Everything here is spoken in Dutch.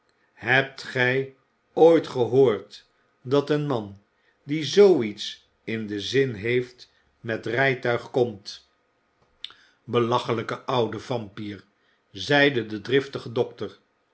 hebt gij ooit gehoord dat een man die zoo iets in den zin heeft met rijtuig komt belachelijke oude vampyr zeide de driftige dokter